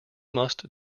must